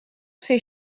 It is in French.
ces